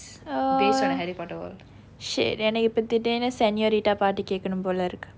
uh shit எனக்கு இப்போ திடீர்னு:enakku ippa thidiniru senorita பாட்டு கேட்கணும் போல இருக்கு:paattu kaetkanum pola irukku